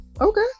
Okay